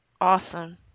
Awesome